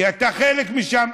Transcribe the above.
כי אתה חלק משם.